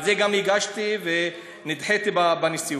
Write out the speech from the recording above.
על זה גם הגשתי ונדחיתי בנשיאות.